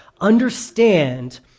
understand